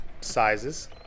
sizes